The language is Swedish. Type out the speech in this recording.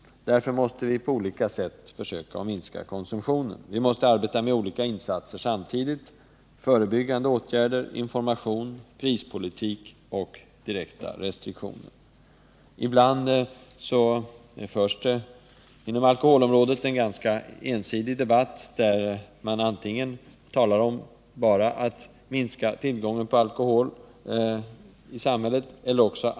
Därför måste vi på olika sätt försöka minska konsumtionen. Vi måste arbeta med olika insatser samtidigt: förebyggande åtgärder, information, prispolitik och direkta restriktioner. Ibland förs det inom alkoholområdet en ganska ensidig debatt. En del talar bara om att minska tillgången på alkohol i samhället.